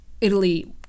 Italy